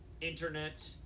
internet